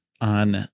on